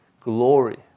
glory